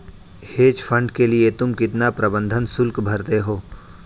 Hedge fund के लिए तुम कितना प्रबंधन शुल्क भरते हो?